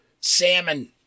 Salmon